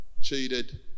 cheated